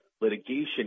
litigation